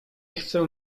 chcę